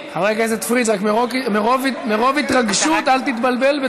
חבר הכנסת פריג', מרוב התרגשות אל תתבלבל,